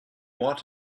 want